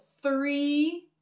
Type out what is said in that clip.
three